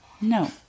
no